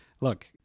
look